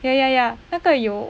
ya ya ya 那个有